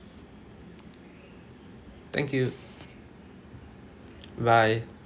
thank you bye bye